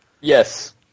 Yes